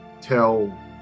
tell